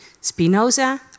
Spinoza